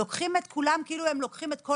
לוקחים את כולם כאילו הם לוקחים את כל